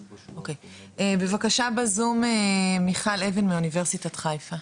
בבקשה, מיכל אבן מאוניברסיטת חיפה.